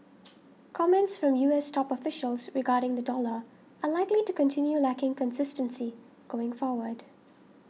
comments from U S top officials regarding the dollar are likely to continue lacking consistency going forward